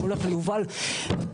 שלחתי ליובל את המצב שלה ואת התנאים שלה.